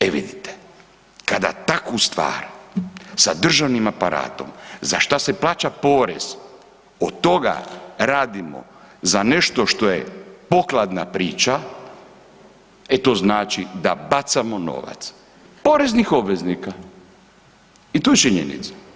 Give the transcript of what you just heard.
E vidite, kada takvu stvar sa državnim aparatom za šta se plaća porez, od toga radimo za nešto što je pokladna priča, e to znači da bacamo novac poreznih obveznika i to je činjenica.